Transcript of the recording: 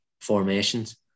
formations